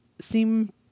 seem